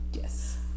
Yes